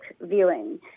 viewing